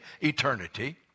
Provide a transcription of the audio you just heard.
eternity